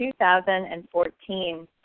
2014